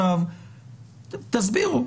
תסבירו.